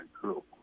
group